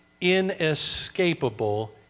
inescapable